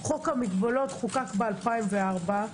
חוק המגבלות חוקק ב-2004.